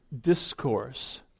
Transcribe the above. discourse